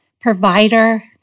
provider